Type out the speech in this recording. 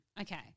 Okay